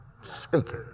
Speaking